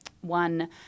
One